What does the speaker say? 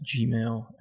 gmail